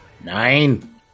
Nine